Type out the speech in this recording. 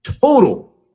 total